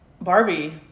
Barbie